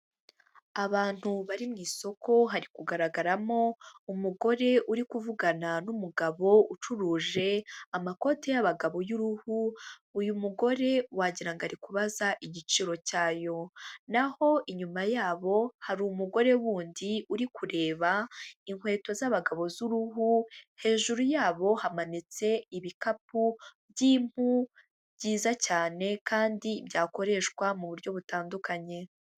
Abantu bari mu isoko hari kugaragaramo umugore uri kuvugana n'umugabo ucuruje amakote y'abagabo y'uruhu, uyu mugore wagira ngo ari kubaza igiciro cyayo, naho inyuma yabo hari umugore w'undi uri kureba inkweto z'abagabo z'uruhu, hejuru yabo hamanitse ibikapu by'impu byiza cyane kandi byakoreshwa mu buryo butandukanye.